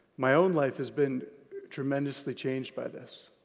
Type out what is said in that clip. my own life has been tremendously changed by this.